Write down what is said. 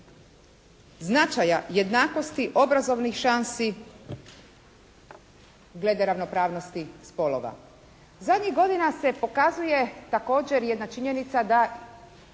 značaja jednakosti obrazovnih šansi glede ravnopravnosti spolova. Zadnjih godina se pokazuje također jedna činjenica da